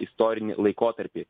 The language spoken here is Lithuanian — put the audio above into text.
istorinį laikotarpį